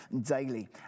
daily